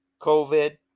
COVID